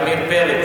אדוני היושב-ראש,